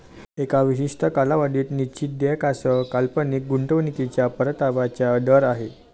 एका विशिष्ट कालावधीत निश्चित देयकासह काल्पनिक गुंतवणूकीच्या परताव्याचा दर आहे